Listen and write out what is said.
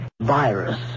virus